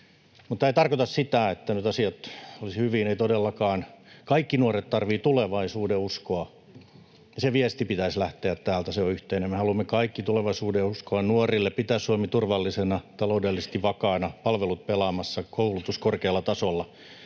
tämä ei tarkoita sitä, että nyt asiat olisivat hyvin, ei todellakaan. Kaikki nuoret tarvitsevat tulevaisuudenuskoa. Sen viestin pitäisi lähteä täältä, se on yhteinen. Me haluamme kaikki tulevaisuudenuskoa nuorille, pitää Suomen turvallisena, taloudellisesti vakaana, palvelut pelaamassa, koulutuksen korkealla tasolla.